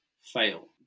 fail